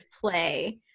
play